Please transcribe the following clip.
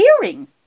hearing